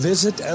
Visit